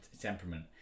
temperament